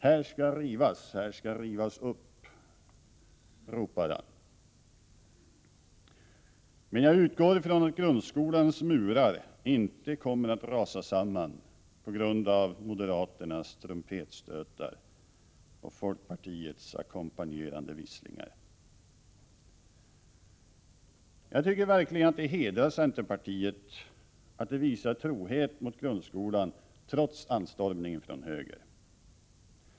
”Här skall rivas upp”, ropar han. Men jag utgår ifrån att grundskolans murar inte kommer att rasa samman på grund av moderaternas trumpetstötar och folkpartiets ackompanjerande visslingar. Jag tycker verkligen att det hedrar centerpartiet att det visar trohet mot grundskolan trots anstormningen från höger.